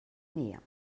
nähe